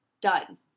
Done